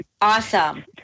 Awesome